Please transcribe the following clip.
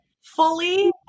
fully